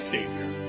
Savior